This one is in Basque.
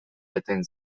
eten